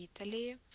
Italy